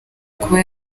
kuba